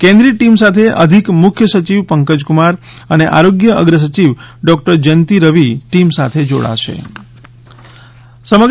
કેન્દ્રીય ટીમ સાથે અધિક મુખ્ય સચિવ પંકજકુમાર અને આરોગ્ય અગ્ન સચિવ ડોક્ટર જ્યંતિ રવિ ટીમ સાથે રહેવાના છે